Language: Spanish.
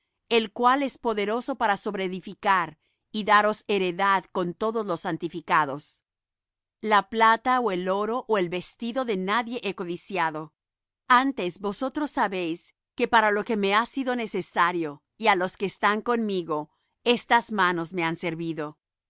el cual es poderoso para sobreedificar y daros heredad con todos los santificados la plata ó el oro ó el vestido de nadie he codiciado antes vosotros sabéis que para lo que me ha sido necesario y á los que están conmigo estas manos me han servido